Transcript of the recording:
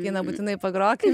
vieną būtinai pagrokim